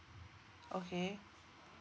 okay